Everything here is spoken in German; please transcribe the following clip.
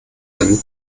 einen